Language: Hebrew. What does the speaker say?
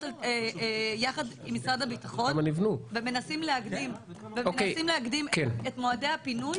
יחד עם משרד הביטחון ומנסים להקדים את מועדי הפינוי,